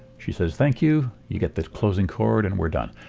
she says thank you, you get this closing chord, and we're done.